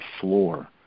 floor